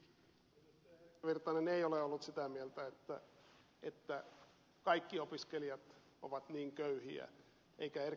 erkki virtanen ei ole ollut sitä mieltä että kaikki opiskelijat ovat niin köyhiä eikä ed